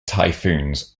typhoons